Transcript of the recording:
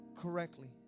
correctly